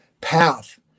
path